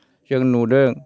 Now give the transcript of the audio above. जों नुदों